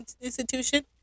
institution